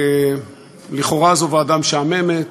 לכאורה זו ועדה משעממת,